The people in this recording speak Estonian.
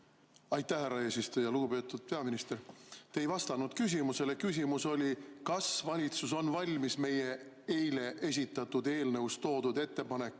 Aitäh, härra eesistuja! Lugupeetud peaminister! Te ei vastanud küsimusele. Küsimus oli, kas valitsus on valmis meie eile esitatud eelnõus toodud ettepanekuid